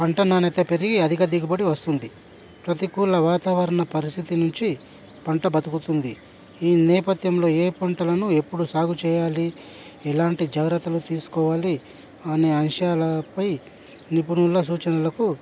పంట నాణ్యత పెరిగి అధిక దిగుబడి వస్తుంది ప్రతికూల వాతావరణ పరిస్థితి నుంచి పంట బ్రతుకుతుంది ఈ నేపథ్యంలో ఏ పంటలను ఎప్పుడు సాగు చేయాలి ఎలాంటి జాగ్రత్తలు తీసుకోవాలి అనే అంశాలపై నిపుణుల సూచనలకు